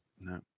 No